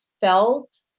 felt